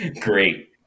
great